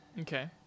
okay